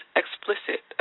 explicit